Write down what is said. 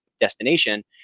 destination